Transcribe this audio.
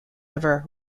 ever